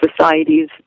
societies